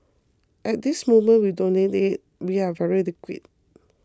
at this moment we don't need it we are very liquid